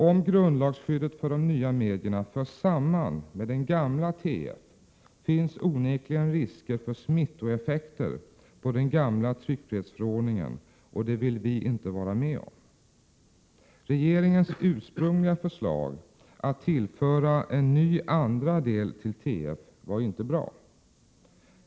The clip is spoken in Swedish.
Om grundlagsskyddet för de nya medierna förs samman med den gamla TF finns onekligen risker för smittoeffekter på den gamla tryckfrihetsförordningen, och det vill vi inte vara med om. Regeringens ursprungliga förslag att tillföra en ny andra del till TF var inte bra.